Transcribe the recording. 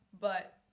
but-